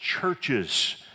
churches